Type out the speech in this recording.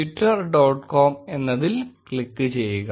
com എന്നതിൽ click ചെയ്യുക